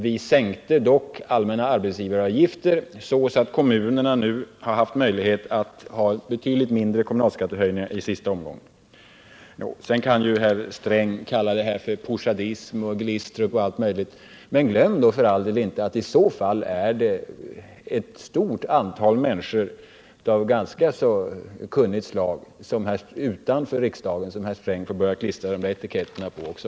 Vi sänkte dock den allmänna arbetsgivaravgiften, så att kommunerna nu haft möjlighet att ta ut betydligt lägre kommunalskattehöjningar i senaste omgången. Herr Sträng kan kalla detta för poujadism och jämföra med Glistrup och allt möjligt, men glöm då för all del inte att det i så fall är ett stort antal människor av ganska kunnigt slag utanför riksdagen som herr Sträng får börja klistra de här etiketterna på.